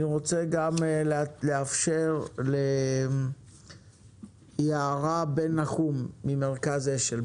אני רוצה גם לאפשר ליערה בן נחום ממרכז השל.